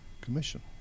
Commission